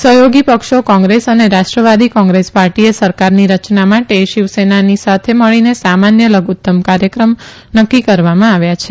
સહયોગી પક્ષો કોંગ્રેસ અને રાષ્ટ્રવાદી કોંગ્રેસ પાર્ટીએ સરકારની રચના માટે શ્રિવસેનાની સાથે મળીને સામાનય લધુત્તમ કાર્યક્રમ નકકી કરવામાં આવ્યા છે